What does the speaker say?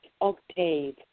octave